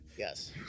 Yes